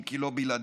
אם כי לא בלעדית,